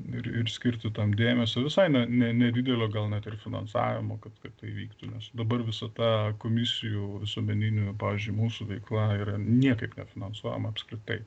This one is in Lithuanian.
ir ir skirti tam dėmesio visai ne nedidelio gal net ir finansavimo kad kad tai įvyktų nes dabar visa ta komisijų visuomeninių pavyzdžiui mūsų veikla yra niekaip nefinansuojama apskritai